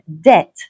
debt